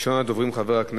בעד, 10,